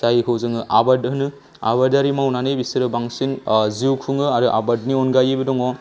जायखौ जोङो आबाद होनो आबादारि मावनानै बिसोरो बांसिन जिउ खुङो आरो आबादनि अनगायैबो दङ